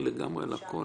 להתייחס